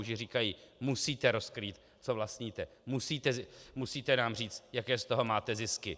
Že říkají: Musíte rozkrýt, co vlastníte, musíte nám říct, jaké z toho máte zisky!